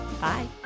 Bye